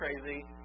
crazy